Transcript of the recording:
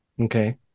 okay